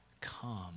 Come